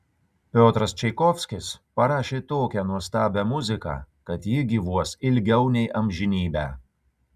piotras čaikovskis parašė tokią nuostabią muziką kad ji gyvuos ilgiau nei amžinybę